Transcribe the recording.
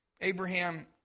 Abraham